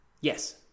Yes